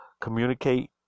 communicate